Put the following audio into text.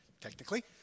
Technically